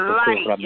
light